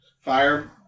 fire